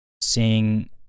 seeing